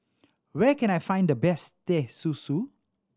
where can I find the best Teh Susu